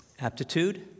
aptitude